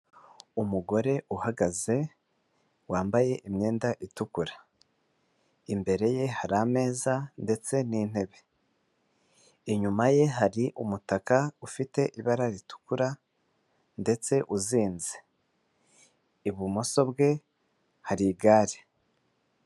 Umugore uhagaze wambaye imyenda itukura imbere ye hari ameza ndetse n'intebe, inyuma ye hari umutaka ufite ibara ritukura ndetse uzinze, ibumoso bwe hari igare.